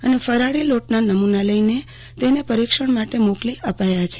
અને ફરાળી લોટના નમુના લઈને તેને પરીક્ષણ માટે મોકલી આપાયા છે